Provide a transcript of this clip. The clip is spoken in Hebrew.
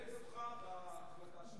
אני מעודד אותך בהחלטה שלך.